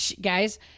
guys